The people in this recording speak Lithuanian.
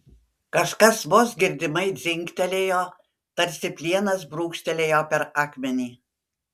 kažkas vos girdimai dzingtelėjo tarsi plienas brūkštelėjo per akmenį